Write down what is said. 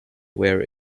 where